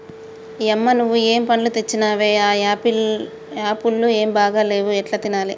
యమ్మ నువ్వు ఏం పండ్లు తెచ్చినవే ఆ యాపుళ్లు ఏం బాగా లేవు ఎట్లా తినాలే